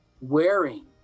wearing